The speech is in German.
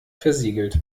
versiegelt